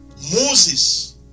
Moses